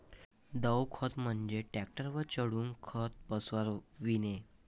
द्रव खत म्हणजे ट्रकवर चढून खत पसरविणे